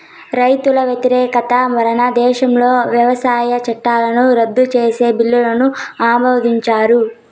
రైతుల వ్యతిరేకత వలన దేశంలో వ్యవసాయ చట్టాలను రద్దు చేసే బిల్లును ఆమోదించారు